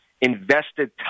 invested